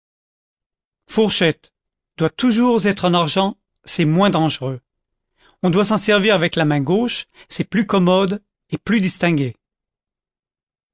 fourchette doit toujours être en argent c'est moins dangereux on doit s'en servir avec la main gauche c'est plus commode et plus distingué